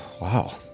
Wow